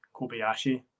Kobayashi